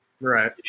right